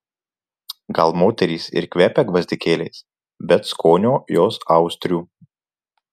gal moterys ir kvepia gvazdikėliais bet skonio jos austrių